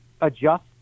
adjust